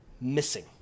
missing